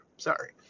Sorry